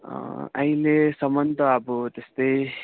अहिलेसम्म त अब त्यस्तै